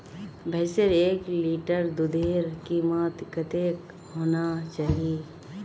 भैंसेर एक लीटर दूधेर कीमत कतेक होना चही?